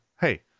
hey